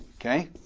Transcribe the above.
Okay